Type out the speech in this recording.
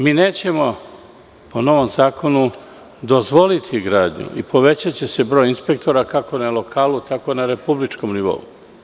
Mi nećemo po novom zakonu dozvoliti gradnju i povećaće se broj inspektora kako na lokalu, tako i na republičkom nivou.